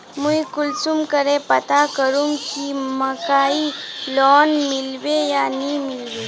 मुई कुंसम करे पता करूम की मकईर लोन मिलबे या नी मिलबे?